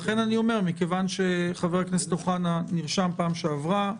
חבר הכנסת אוחנה נרשם בפעם שעברה.